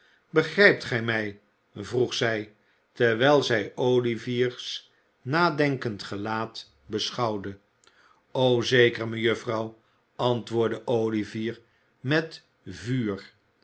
begrijpt gij mij vroeg zij terwijl zij olivier's nadenkend gelaat beschouwde o zeker mejuffrouw antwoordde olivier met vuur